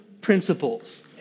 principles